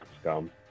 scum